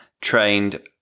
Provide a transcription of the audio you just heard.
trained